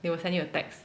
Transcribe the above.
they will send you a text